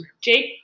Jake